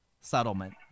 settlement